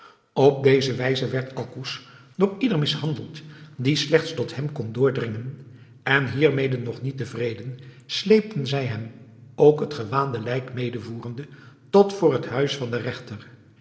op deze wijze werd alcouz door ieder mishandeld die slechts tot hem kon doordringen en hiermede nog niet tevreden sleepten zij hem ook het gewaande lijk medevoerende tot voor het huis van den regter